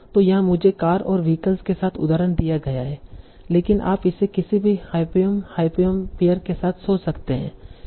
तो यहाँ मुझे कार और व्हीकल्स के साथ उदाहरण दिया गया है लेकिन आप इसे किसी भी हायपोंयम हायपोंयम पेअर के साथ सोच सकते हैं